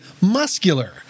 muscular